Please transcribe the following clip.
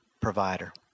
provider